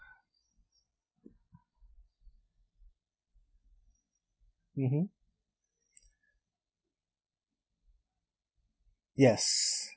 mmhmm yes